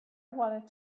wanted